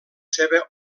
seva